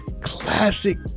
classic